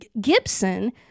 Gibson